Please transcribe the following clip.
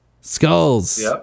Skulls